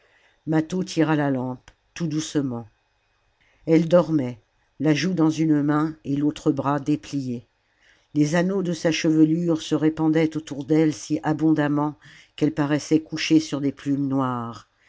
mâtho tira la lampe tout doucement elle dormait la joue dans une main et l'autre bras déplié les anneaux de sa chevelure se répandaient autour d'elle si abondamment qu'elle paraissait couchée sur des plumes noires